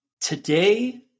Today